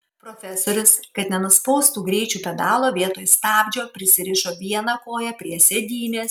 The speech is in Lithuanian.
profesorius kad nenuspaustų greičio pedalo vietoj stabdžio prisirišo vieną koją prie sėdynės